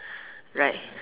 right